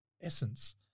essence